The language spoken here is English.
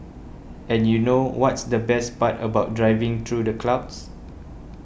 and you know what's the best part about driving through the clouds